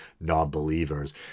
non-believers